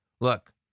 Look